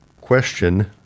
question